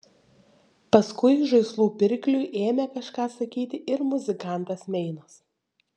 paskui žaislų pirkliui ėmė kažką sakyti ir muzikantas meinas